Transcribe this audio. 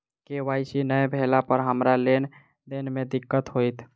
KYC नै भेला पर हमरा लेन देन मे दिक्कत होइत?